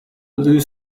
blue